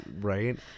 right